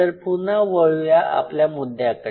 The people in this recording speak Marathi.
तर पुन्हा वळू या आपल्या मुद्द्याकडे